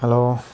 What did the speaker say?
hello